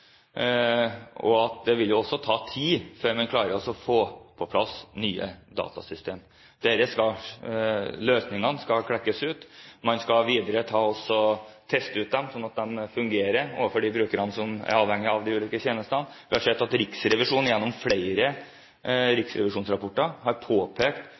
og det vil også ta tid før man klarer å få på plass nye datasystemer. Løsningene skal klekkes ut, videre skal de testes ut, slik at de fungerer overfor de brukerne som er avhengige av de ulike tjenestene. Vi har sett at Riksrevisjonen gjennom flere riksrevisjonsrapporter har påpekt